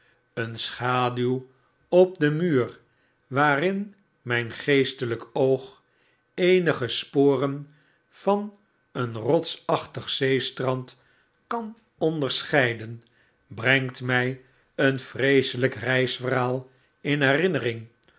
een schaduw op den muur waarin mgn geestelgk oog eenige sporen van een rotsachtig zeestrana kan onderscheiden brengt mii een vreeselgk reisverhaal in herinnering